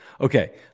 Okay